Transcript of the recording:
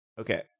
Okay